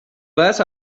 glass